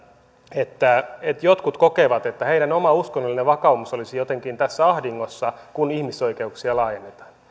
että että jotkut kokevat että heidän oma uskonnollinen vakaumus olisi jotenkin tässä ahdingossa kun ihmisoikeuksia laajennetaan